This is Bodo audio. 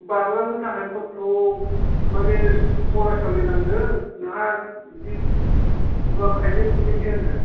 बारलांनो थाखाय खथ्थ' माने खरा सालायनांगौ नोंहा बिदि माबा खायलें खुयलेंसो होन्दों